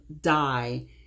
die